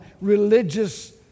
religious